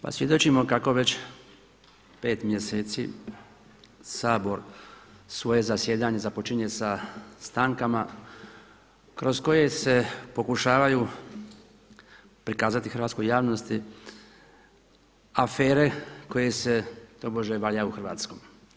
Pa svjedočimo kako već pet mjeseci Sabor svoje zasjedanje započinje stankama kroz koje se pokušavaju prikazati hrvatskoj javnosti afere koje se tobože … u hrvatskom.